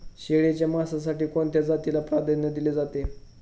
शेळीच्या मांसासाठी कोणत्या जातीला प्राधान्य दिले जाते?